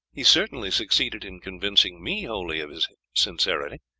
he certainly succeeded in convincing me wholly of his sincerity,